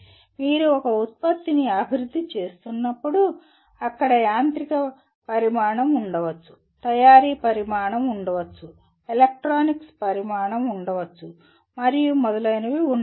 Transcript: మీరు ఒక ఉత్పత్తిని అభివృద్ధి చేస్తున్నప్పుడు అక్కడ యాంత్రిక పరిమాణం ఉండవచ్చు తయారీ పరిమాణం ఉండవచ్చు ఎలక్ట్రానిక్స్ పరిమాణం ఉండవచ్చు మరియు మొదలైనవి ఉండవచ్చు